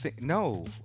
No